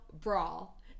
brawl